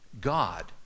God